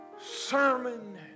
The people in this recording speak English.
sermon